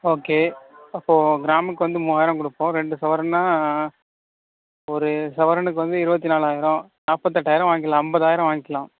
okay அப்போ கிராமுக்கு வந்து மூவாயிரம் கொடுப்போம் ரெண்டு சவரன்னா ஒரு சவரனுக்கு வந்து இருபத்தி நாலாயிரம் நாற்பத்தெட்டாயிரம் வாங்கிக்கலாம் ஐம்பதாயிரம் வாங்கிக்கலாம்